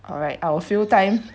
alright I will fill time